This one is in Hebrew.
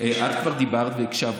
תסלחי לי, את כבר דיברת, והקשבתי לך.